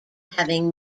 having